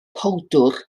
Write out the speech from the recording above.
powdwr